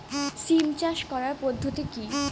সিম চাষ করার পদ্ধতি কী?